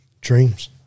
dreams